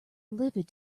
livid